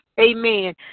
Amen